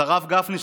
אז הרב גפני,